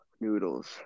noodles